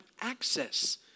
access